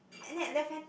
left hand